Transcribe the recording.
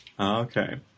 Okay